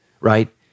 right